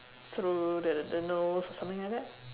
through the the nose or something like that